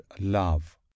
love